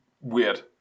weird